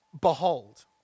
behold